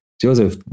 Joseph